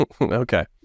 Okay